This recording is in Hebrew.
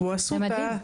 כמו אסותא,